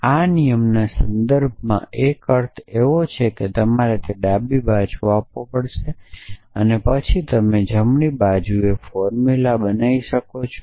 આ નિયમોના સંદર્ભમાં એક અર્થ એવો છે કે તમારે તે ડાબી બાજુ આપવો પડશે અને પછી તમે જમણી બાજુએ ફોર્મુલા બનાવી શકો છો